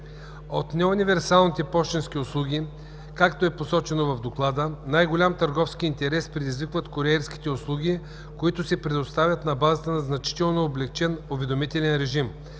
От неуниверсалните пощенски услуги, както е посочено в доклада, най-голям търговски интерес предизвикват куриерските услуги, които се предоставят на базата на значително облекчен уведомителен режим.